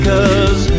Cause